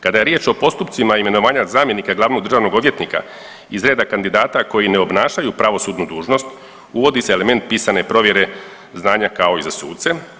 Kada je riječ o postupcima imenovanja zamjenika glavnog državnog odvjetnika iz reda kandidata koji je obnašaju pravosudnu dužnost uvodi se element pisane provjere znanja kao i suce.